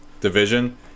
division